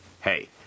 Hey